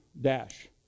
dash